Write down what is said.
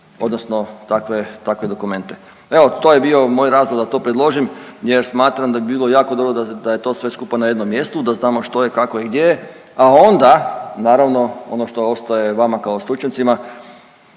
takve, takve dokumente. Evo to je bio moj razlog da to predložim jer smatram da bi bilo jako dobro da je to sve skupa na jednom mjestu da znamo što je, kako je i gdje je, a onda naravno ono što ostaje vama kao stručnjacima